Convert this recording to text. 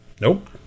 Nope